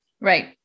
right